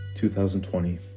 2020